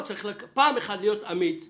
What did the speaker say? צריך פעם אחת להיות אמיץ ולעשות.